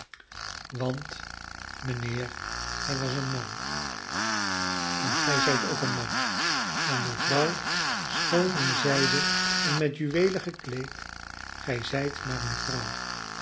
want mijnheer hij was een man en gij zijt ook een man en mevrouw schoon in zijde en met juweelen gekleed gij zijt maar eene vrouw